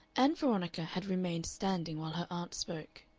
ann veronica had remained standing while her aunt spoke.